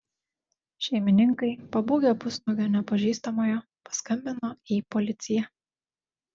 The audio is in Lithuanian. šeimininkai pabūgę pusnuogio nepažįstamojo paskambino į policiją